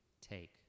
take